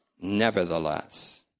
Nevertheless